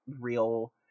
real